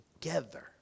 together